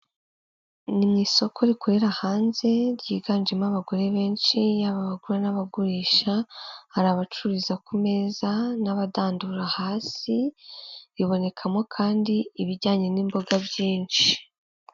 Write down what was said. Umuhanda w'igitaka urimo imodoka ebyiri imwe y'umukara n'indi yenda gusa umweru, tukabonamo inzu ku ruhande yarwo yubakishije amabuye kandi ifite amababi y'umutuku ni'gipangu cy'umukara.